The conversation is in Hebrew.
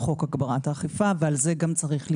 חוק הגברת האכיפה וגם לזה צריך להתייחס.